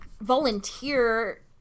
volunteer